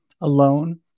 alone